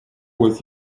with